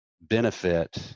benefit